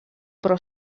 però